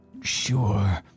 sure